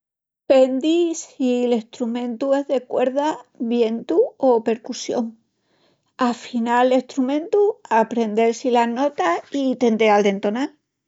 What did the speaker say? Pendi si'l estrumentu es de cuerda, vientu o percusión. Afinal l'estrumentu, aprendel-si las notas i tenteal d'entonal.